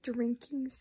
Drinking